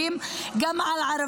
גם על יהודים,